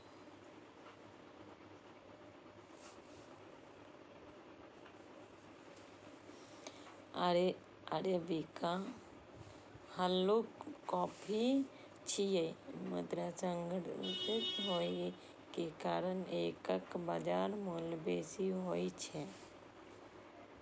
arabica हल्लुक coffee छियै, मुदा सुगंधित होइ के कारण एकर बाजार मूल्य बेसी होइ छै